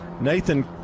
Nathan